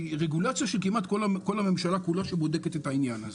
רגולציה של כל הממשלה כמעט, שבודקת את העניין הזה.